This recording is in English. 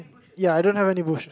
ya I don't have any bush